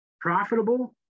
profitable